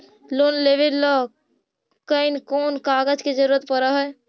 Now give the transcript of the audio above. Loan लेबे ल कैन कौन कागज के जरुरत पड़ है?